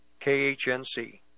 KHNC